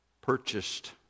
purchased